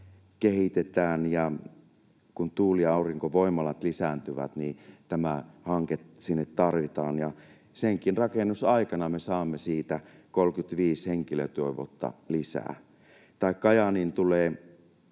kehitetään. Kun tuuli- ja aurinkovoimalat lisääntyvät, tämä hanke sinne tarvitaan, ja senkin rakennusaikana me saamme siitä 35 henkilötyövuotta lisää. Tai Kajaaniin tulee